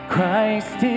Christ